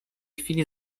chwili